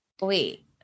Wait